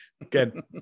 Again